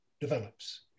develops